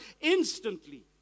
instantly